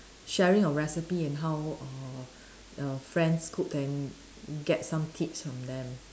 sharing a recipe and how err err friends cook and get some tips from them